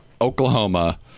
Oklahoma